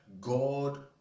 God